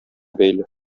бәйле